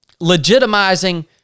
legitimizing